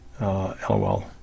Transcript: lol